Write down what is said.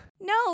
No